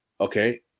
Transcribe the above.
Okay